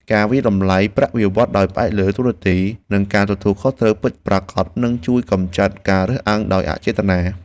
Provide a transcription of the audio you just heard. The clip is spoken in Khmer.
ការវាយតម្លៃប្រាក់បៀវត្សរ៍ដោយផ្អែកលើតួនាទីនិងការទទួលខុសត្រូវពិតប្រាកដនឹងជួយកម្ចាត់ការរើសអើងដោយអចេតនា។